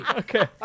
okay